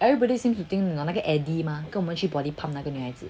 mmhmm everybody seems to think that 那个 addy 那个跟我们一起去 pub 那个女孩子